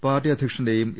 party അധ്യക്ഷന്റെയും A